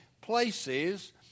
places